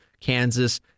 Kansas